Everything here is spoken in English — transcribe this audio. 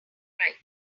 right